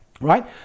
right